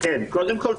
קודם כול,